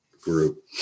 group